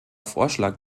vorschlag